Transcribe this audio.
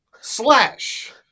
slash